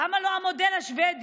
למה לא המודל השוודי?